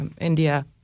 India